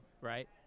right